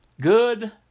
good